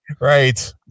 Right